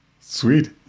Sweet